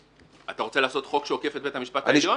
אתה רוצה לעשות חוק שעוקף את בית המשפט העליון?